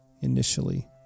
initially